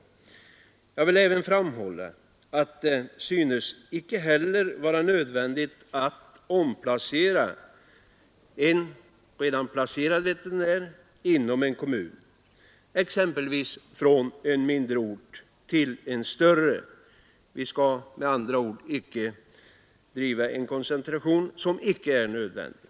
Jag vill även framhålla att det inte heller synes vara nödvändigt att omplacera en redan placerad veterinär inom en kommun, exempelvis från en mindre ort till en större. Vi skall med andra ord inte driva en koncentration som inte är nödvändig.